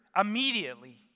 immediately